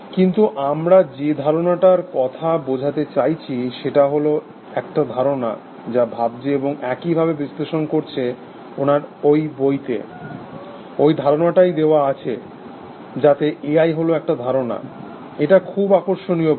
কিন্তু আমরা যে ধারণাটার কথা বোঝাতে চাইছি সেটা হল একটা ধারণা যা ভাবছে এবং একইভাবে বিশ্লেষণ করছে ওনার এই বইতে ওই ধারণাটাই দেওয়া আছে যাতে এআই হল একটা ধারণা এটা খুব আকর্ষণীয় বই